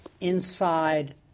Inside